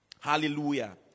Hallelujah